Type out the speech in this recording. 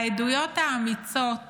העדויות האמיצות